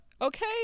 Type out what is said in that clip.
Okay